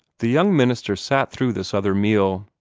the young minister sat through this other meal,